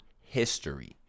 history